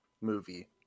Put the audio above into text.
movie